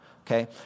Okay